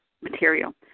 material